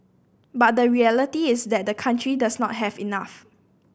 but the reality is that the country does not have enough